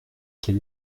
quel